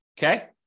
Okay